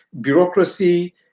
bureaucracy